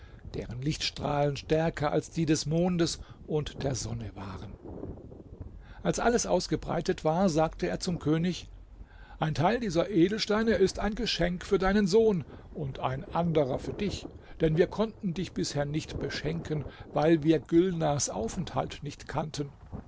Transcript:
deren lichtstrahlen stärker als die des mondes und der sonne waren als alles ausgebreitet war sagte er zum könig ein teil dieser edelsteine ist ein geschenk für deinen sohn und ein anderer für dich denn wir konnten dich bisher nicht beschenken weil wir gülnars aufenthalt nicht kannten